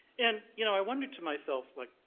and, you know, i wondered to myself, like,